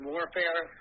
Warfare